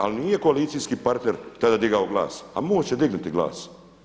Ali nije koalicijski partner tada digao glas, a Most će dignuti glas.